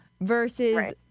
versus